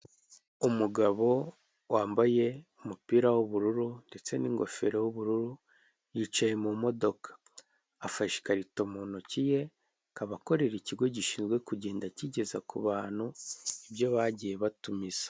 Umugabo wambaye umupira w'ubururu ndetse n'ingofero y'ubururu yicaye mu modoka afashe ikarito mu ntoki ye akaba akorera ikigo gishinzwe kugenda kigeza ku bantu ibyo bagiye batumiza.